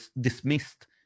dismissed